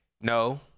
No